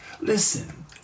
Listen